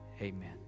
Amen